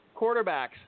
quarterbacks